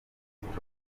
stroke